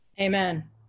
Amen